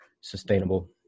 sustainable